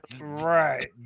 Right